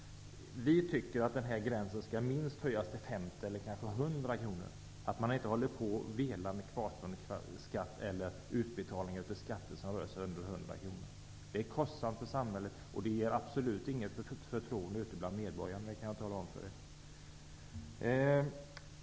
Vi tycker att den gränsen skall höjas till minst 50, kanske 100 kr. Man skall inte hålla på och vela med kvarstående skatt eller utbetalning av överskjutande skatt under 100 kr. Det är kostsamt för samhället, och det inger absolut inget förtroende hos medborgarna -- det kan jag tala om för er.